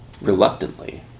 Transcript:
reluctantly